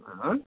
ఆ